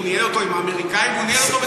הוא ניהל אותו עם האמריקנים, והוא ניהל אותו,